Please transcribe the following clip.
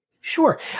Sure